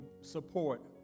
support